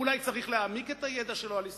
אולי צריך להעמיק את הידע שלו על ישראל,